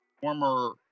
former